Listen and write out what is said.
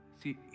See